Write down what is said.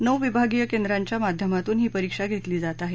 नऊ विभागीय केंद्रांच्या माध्यमातून ही परिक्षा घेतली जात आहे